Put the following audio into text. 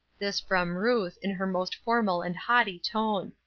this from ruth, in her most formal and haughty tone.